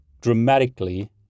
dramatically